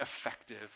effective